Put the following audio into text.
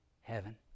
heaven